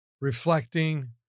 reflecting